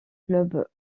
clubs